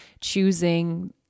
choosing